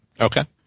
Okay